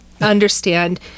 understand